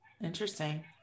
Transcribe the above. Interesting